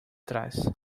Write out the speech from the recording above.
trás